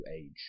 age